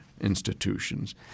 institutions